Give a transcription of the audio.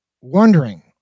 wondering